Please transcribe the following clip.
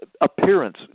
appearance